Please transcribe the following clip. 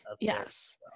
yes